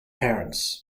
parents